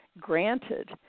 granted